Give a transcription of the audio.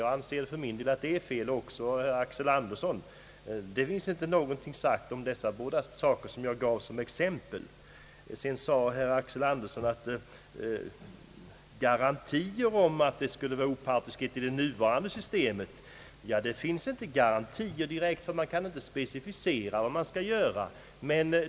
Jag anser för min del, liksom herr Axel Andersson, att det är fel. Men det finns inte någonting sagt om de båda ämnen som jag angav som exempel. Sedan talade herr Andersson om vad det kunde finnas för garantier för opartiskhet i det nuvarande systemet. Det finns inga garantier direkt för detta, ty det går inte att specificera vad man skall göra.